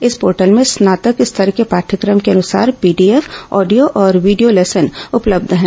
इस पोर्टल में स्नातक स्तर के पाठयक्रम के अनुसार पीडीएफ ऑडियो और वीडियो लेसन उपलब्ध है